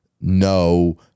no